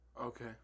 Okay